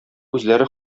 үзләре